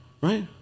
Right